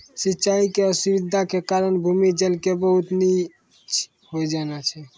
सिचाई के असुविधा के कारण भूमि जल के बहुत नीचॅ होय जाना छै